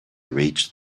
reached